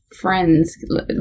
friends